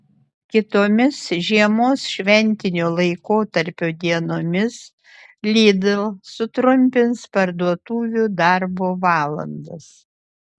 kitomis žiemos šventinio laikotarpio dienomis lidl sutrumpins parduotuvių darbo valandas